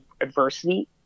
adversity